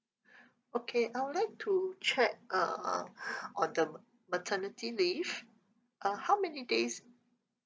okay I would like to check uh on the maternity leave uh how many days